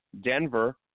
Denver